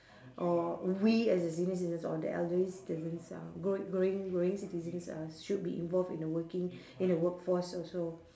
or we as the senior citizens or the elderly citizens uh growing growing growing citizens uh should be involved in the working in the workforce also